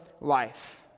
life